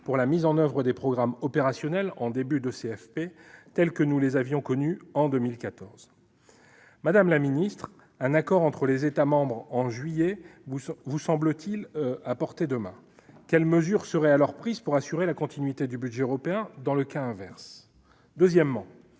pour la mise en oeuvre des programmes opérationnels en début de CFP tels que nous en avions connu en 2014. Madame la secrétaire d'État, un accord entre les États membres en juillet vous semble-t-il à portée de main ? Dans le cas inverse, quelles mesures seraient alors prises pour assurer la continuité du budget européen ? J'en viens au deuxième